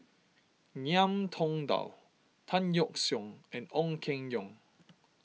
Ngiam Tong Dow Tan Yeok Seong and Ong Keng Yong